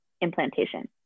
implantation